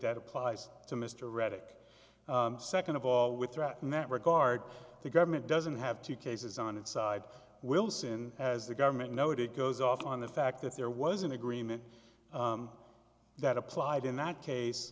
that applies to mr reddick second of all with threatened that regard the government doesn't have two cases on its side wilson as the government noted goes off on the fact that there was an agreement that applied in that case